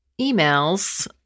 emails